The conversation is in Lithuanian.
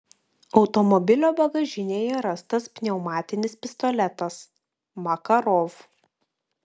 automobilio bagažinėje rastas pneumatinis pistoletas makarov